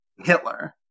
Hitler